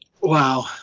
wow